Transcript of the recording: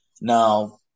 Now